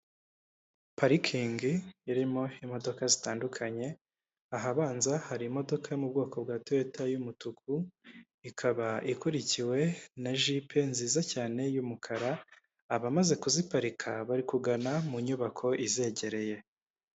Parikingi irimo imodoka zitandukanye, ahabanza hari imodoka yo mu bwoko bwa toyota y'umutuku ikaba ikurikiwe na jipe nziza cyane y'umukara abamaze kuziparika bari kugana mu nyubako izegereye.